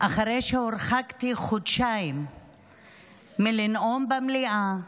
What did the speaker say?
אחרי שהורחקתי חודשיים מלנאום במליאה,